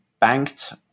banked